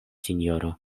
sinjoro